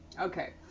Okay